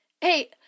hey